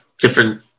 different